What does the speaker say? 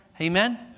Amen